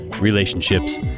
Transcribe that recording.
Relationships